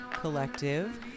Collective